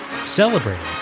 celebrating